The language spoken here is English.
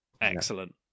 Excellent